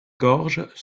gorges